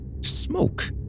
Smoke